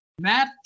Matt